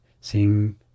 seeing